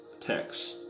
text